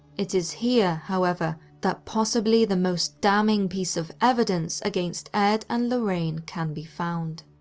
it is here, however, that possibly the most damning piece of evidence against ed and lorraine can be found.